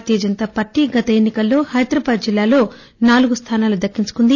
భారతీయ జనతా పార్టీ గత ఎన్ని కల్లో హైదరాబాద్ జిల్లాలో నాలుగు స్థానాలు దక్కించుకుంది